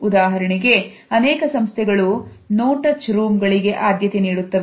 ಉದಾಹರಣೆಗೆ ಅನೇಕ ಸಂಸ್ಥೆಗಳು no touch room ಗಳಿಗೆ ಆದ್ಯತೆ ನೀಡುತ್ತವೆ